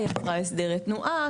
עברה הסדרי תנועה,